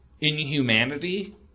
inhumanity